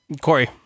Corey